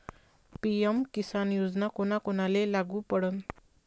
PM Kisan योजना कोना कोनाले लागू पडन?